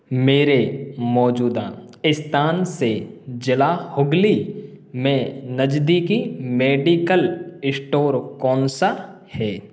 मेरे मौजूदा स्थान से जिला हुगली में नजदीकी मेडिकल स्टोर कौन सा है